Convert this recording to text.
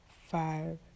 five